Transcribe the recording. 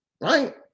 right